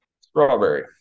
Strawberry